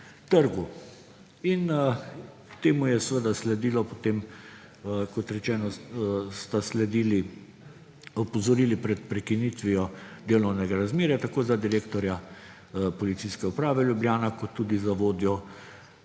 trgu. Seveda sta potem, kot rečeno, temu sledili opozorili pred prekinitvijo delovnega razmerja tako za direktorja Policijske uprave Ljubljana kot tudi za vodjo